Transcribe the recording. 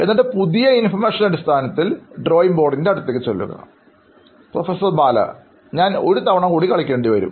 എന്നിട്ട് പുതിയ ഇൻഫർമേഷൻറെ അടിസ്ഥാനത്തിൽ ഡ്രോയിങ് ബോർഡിൻറെ അടുത്തേക്ക് ചെല്ലുക പ്രൊഫസർ ബാല ഞാൻ ഒരു തവണ കൂടി കളിക്കേണ്ടി വരും